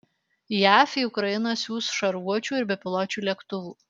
jav į ukrainą siųs šarvuočių ir bepiločių lėktuvų